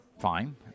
Fine